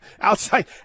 Outside